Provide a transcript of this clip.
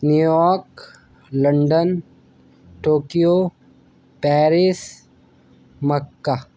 new York London Tokyo Paris Mecca